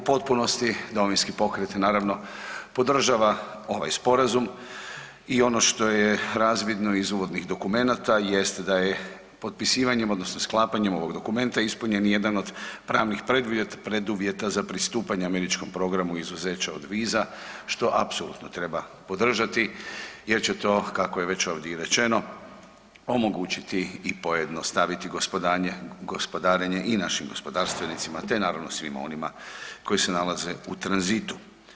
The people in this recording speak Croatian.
U potpunosti Domovinski pokreta naravno podržava ovaj Sporazum i ono što je razvidno iz uvodnih dokumenata jest da je potpisivanjem odnosno sklapanjem ovoga dokumenta ispunjen jedan od pravnih preduvjeta za pristupanje američkom programu izuzeća od viza što apsolutno treba podržati jer će to kako je već ovdje i rečeno omogućiti i pojednostaviti gospodarenje i našim gospodarstvenicima te naravno svima onima koji se nalaze u tranzitu.